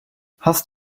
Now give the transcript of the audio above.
hast